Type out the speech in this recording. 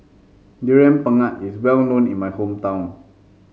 Durian Pengat is well known in my hometown